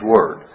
Word